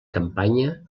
campanya